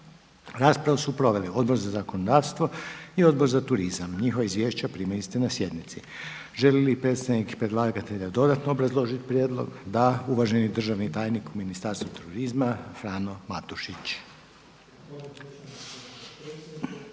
Raspravu su proveli Odbor za zakonodavstvo i Odbor za turizam. Njihova izvješća primili ste na sjednici. Želi li predstavnik predlagatelja dodatno obrazložiti prijedlog? Da. Uvaženi državni tajnik u Ministarstvu turizma Frano Matošić.